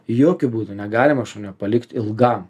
jokiu būdu negalima šunio palikt ilgam